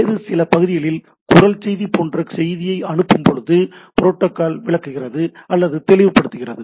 வேறு சில பகுதிகளில் குரல் செய்தி போன்ற செய்தியை அனுப்பும்போது புரோட்டோகால் விளக்குகிறது தெளிவுபடுத்துகிறது